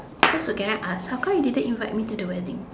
cause again how come you didn't invite me to the wedding